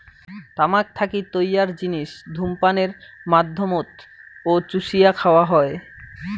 তামাক থাকি তৈয়ার জিনিস ধূমপানের মাধ্যমত ও চুষিয়া খাওয়া হয়